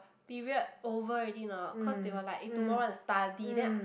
period over already not cause they were like eh tomorrow want to study then I